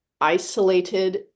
isolated